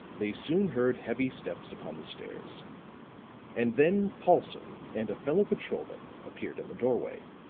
they soon heard heavy steps upon the stairs and then paulson and a fellow patrolman appeared in the doorway.